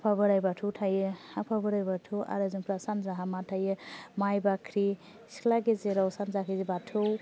आफा बोराइ बाथौ थायो आफा बोराइ बाथौ आरो जोंफ्रा सानजाहा मा थायो माइ बाख्रि सिथ्ला गेजेराव सानजाहै बाथौ